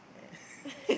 yeah